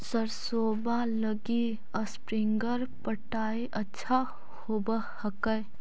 सरसोबा लगी स्प्रिंगर पटाय अच्छा होबै हकैय?